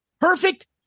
Perfect